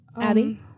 Abby